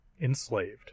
Enslaved